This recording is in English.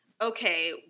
okay